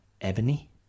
Ebony